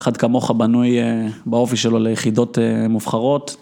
אחד כמוך בנוי באופי שלו ליחידות מובחרות.